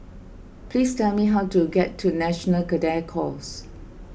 please tell me how to get to National Cadet Corps